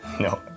No